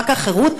חג החירות,